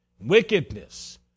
wickedness